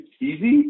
easy